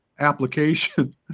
application